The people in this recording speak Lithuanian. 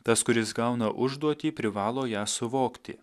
tas kuris gauna užduotį privalo ją suvokti